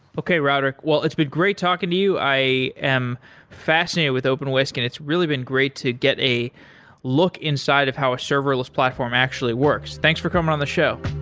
okay rodric, well it's been great talking to you. i am fascinated with openwhisk and it's really been great to get a look inside of how a serverless platform actually works. thanks for coming on the show.